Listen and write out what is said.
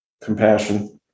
compassion